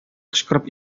кычкырып